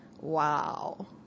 Wow